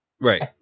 Right